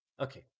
okay